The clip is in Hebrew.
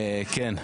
כן,